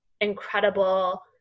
incredible